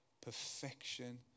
perfection